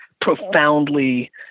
profoundly